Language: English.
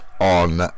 on